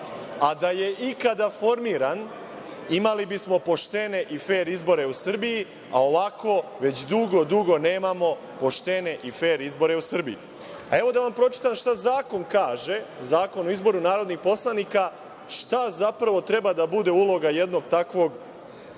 a da je ikada formiran, imali bismo poštene i fer izbore u Srbiji, a ovako već dugo, dugo nemamo poštene i fer izbore u Srbiji. Evo, da vam pročitam šta zakon kaže, Zakon o izboru narodnih poslanika, šta zapravo treba da bude uloga jednog takvog